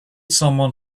someone